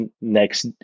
next